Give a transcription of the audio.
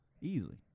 Easily